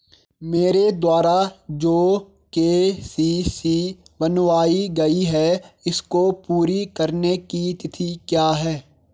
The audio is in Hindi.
मेरे द्वारा जो के.सी.सी बनवायी गयी है इसको पूरी करने की तिथि क्या है?